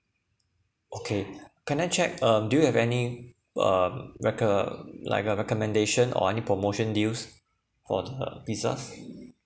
okay can I check um do you have any um like a like a recommendation or any promotion deals for the pizzas